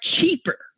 cheaper